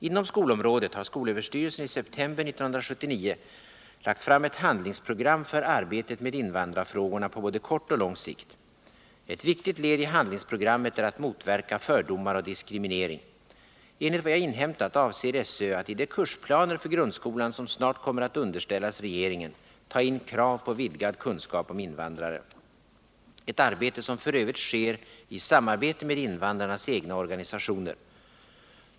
Inom skolområdet har skolöverstyrelsen i september 1979 lagt fram ett handlingsprogram för arbetet med invandrarfrågorna på både kort och lång sikt. Ett viktigt led i handlingsprogrammet är att motverka fördomar och diskriminering. Enligt vad jag inhämtat avser SÖ att i de kursplaner för grundskolan som snart kommer att underställas regeringen ta in krav på vidgad kunskap om invandrare, ett arbete som f. ö. sker i samarbete med invandrarnas egna organisationer.